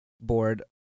board